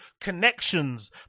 connections